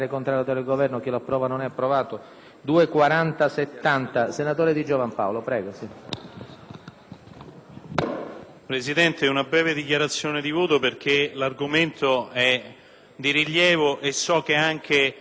Presidente, faccio una breve dichiarazione di voto perche´ l’argomento edi rilievo e so che anche colleghi della maggioranza si sono posti il problema, sia alla Camera che qui al Senato, della cooperazione internazionale.